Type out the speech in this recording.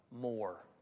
More